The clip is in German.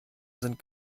sind